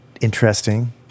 interesting